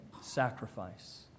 sacrifice